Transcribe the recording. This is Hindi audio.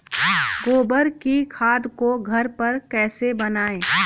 गोबर की खाद को घर पर कैसे बनाएँ?